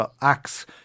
acts